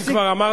אם כבר אמרת,